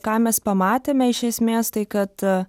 ką mes pamatėme iš esmės tai kad